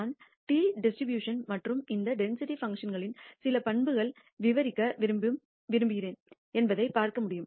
நான் T distribution மற்றும் இந்த டென்சிட்டி பங்க்ஷன்களின் சில பண்புகளை விவரிக்க விரும்புகிறோம் என்பதை பார்க்க முடியும்